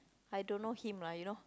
I don't know him lah you know